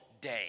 day